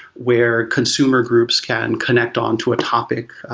where consumer groups can connect on to a topic,